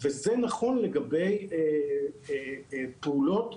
כמו שאפילו לגבי מכשיר אקמו מסכן בבית החולים